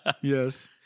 Yes